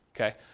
Okay